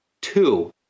Two